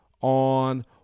on